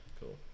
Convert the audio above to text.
Cool